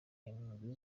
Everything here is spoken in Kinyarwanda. impunzi